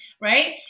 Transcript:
Right